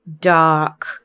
dark